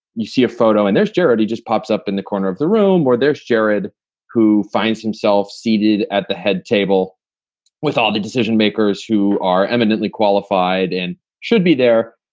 you see a photo and there's jared. he just pops up in the corner of the room where there's jared who finds himself seated at the head table with all the decision makers who are eminently qualified and should be there,